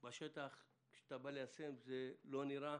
ובשטח זה לא נראה,